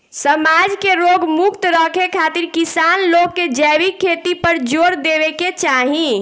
समाज के रोग मुक्त रखे खातिर किसान लोग के जैविक खेती पर जोर देवे के चाही